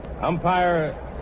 umpire